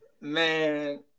man